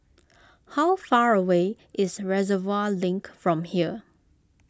how far away is Reservoir Link from here